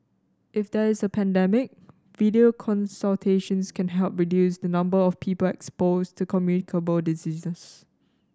if there is a pandemic video consultations can help reduce the number of people exposed to communicable diseases